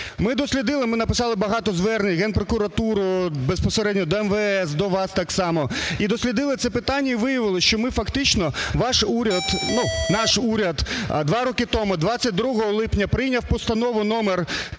Ми дослідили, ми написали багато звернень в Генпрокуратуру, безпосередньо до МВС, до вас так само. І дослідили це питання і виявили, що ми фактично, ваш уряд, наш уряд, два роки тому, 22 липня прийняв Постанову номер